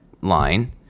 line